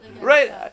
right